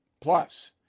Plus